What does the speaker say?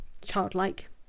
childlike